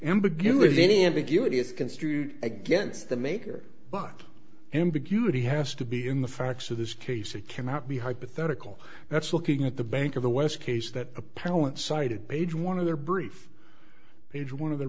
ambiguity any ambiguity is construed against the maker but ambiguity has to be in the facts of this case it cannot be hypothetical that's looking at the bank of the west case that appellant cited page one of their brief page one of the